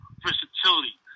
versatility